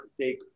take